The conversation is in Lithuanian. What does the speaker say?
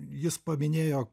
jis paminėjo